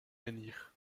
menhirs